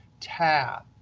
tab.